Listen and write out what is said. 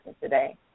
today